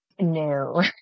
No